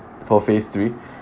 for phase three